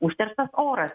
užterštas oras